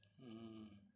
mm